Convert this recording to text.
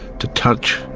to touch,